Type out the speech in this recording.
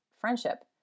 friendship